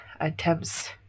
attempts